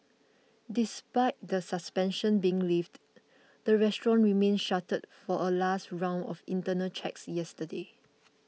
despite the suspension being lifted the restaurant remained shuttered for a last round of internal checks yesterday